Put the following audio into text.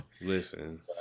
Listen